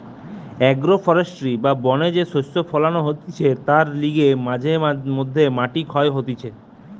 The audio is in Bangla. আগ্রো ফরেষ্ট্রী বা বনে যে শস্য ফোলানো হতিছে তার লিগে মাঝে মধ্যে মাটি ক্ষয় হতিছে